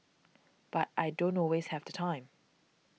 but I don't always have the time